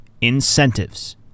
incentives